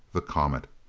the comet.